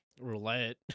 roulette